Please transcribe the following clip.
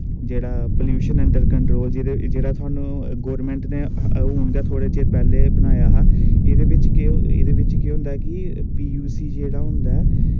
जेह्ड़ा pollution control board जेह्ड़ा government नै थोह्ड़े चिर पैह्लें गै बनाया हा ते एह्दे बिच केह् होंदा कि पीयूसी जेह्ड़ा होंदा ऐ